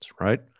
right